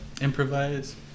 Improvise